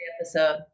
episode